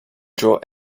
draw